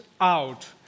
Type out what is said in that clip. out